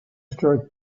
stroke